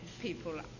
people